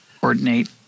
coordinate